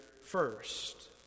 first